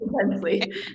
intensely